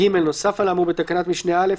(ג) נוסף על האמור בתקנת משנה (א),